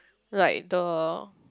like thou